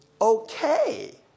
okay